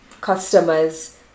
customers